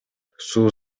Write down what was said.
суу